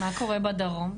מה קורה בדרום?